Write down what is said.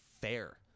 fair